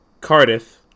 Cardiff